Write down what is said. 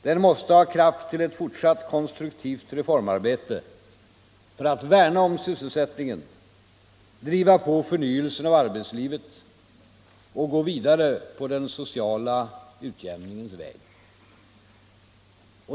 Den måste ha kraft till fortsatt konstruktivt reformarbete för att värna om sysselsättningen, driva på förnyelsen av arbetslivet och gå vidare på den sociala utjämningens väg.